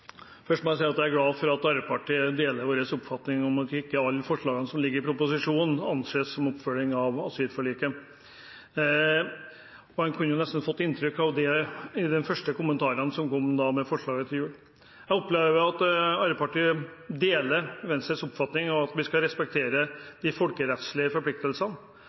Først må jeg si at jeg er glad for at Arbeiderpartiet deler vår oppfatning om at ikke alle forslagene som ligger i proposisjonen, anses som en oppfølging av asylforliket. En kunne nesten få inntrykk av det i de første kommentarene som kom i forbindelse med forslaget før jul. Jeg opplever at Arbeiderpartiet deler Venstres oppfatning om at vi skal respektere de folkerettslige forpliktelsene,